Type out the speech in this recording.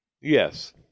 Yes